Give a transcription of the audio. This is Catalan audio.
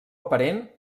aparent